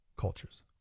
cultures